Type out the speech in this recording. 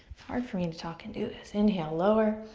hard for me to talk and do this. inhale, lower.